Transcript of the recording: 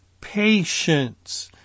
patience